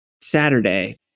Saturday